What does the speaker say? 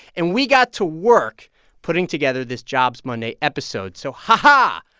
and we got to work putting together this jobs monday episode so ha-ha, ah